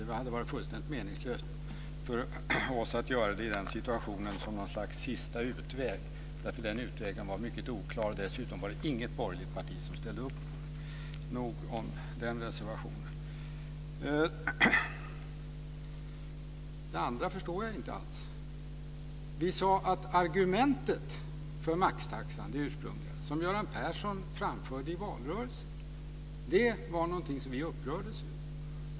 Det hade varit fullständigt meningslöst för oss att göra det i den situationen, som något slags sista utväg. Den utvägen var mycket oklar. Dessutom var det inget borgerligt parti som ställde upp på den. Nog om den reservationen. Det andra förstår jag inte alls. Vi sade att det ursprungliga argumentet för maxtaxa, som Göran Persson framförde i valrörelsen, var något som vi upprördes över.